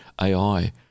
AI